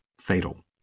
fatal